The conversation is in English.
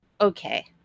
okay